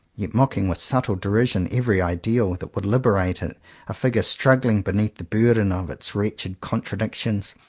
yet mocking with subtle derision every ideal that would liberate it a figure struggling beneath the burden of its wretched contradictions,